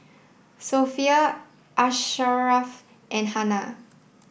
Sofea Asharaff and Hana